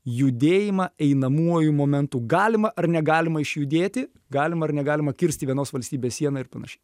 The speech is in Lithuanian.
judėjimą einamuoju momentu galima ar negalima išjudėti galima ar negalima kirsti vienos valstybės sieną ir panašiai